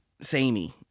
samey